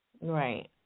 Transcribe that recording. Right